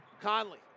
Conley